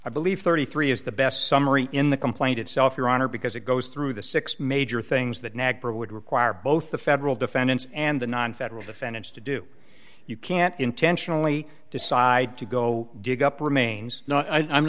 i believe thirty three is the best summary in the complaint itself your honor because it goes through the six major things that nagpur would require both the federal defendants and the nonfederal defendants to do you can't intentionally decide to go dig up remains